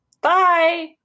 Bye